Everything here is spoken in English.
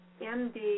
MD